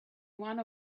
one